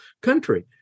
country